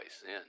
sin